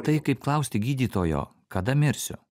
tai kaip klausti gydytojo kada mirsiu